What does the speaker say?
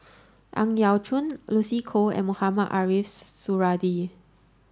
Ang Yau Choon Lucy Koh and Mohamed Ariff Suradi